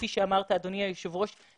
כפי שאמרת אדוני היושב ראש,